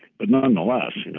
but nonetheless,